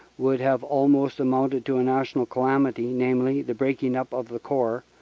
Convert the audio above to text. would have almost amounted to national calamity, namely, the breaking up of a corps,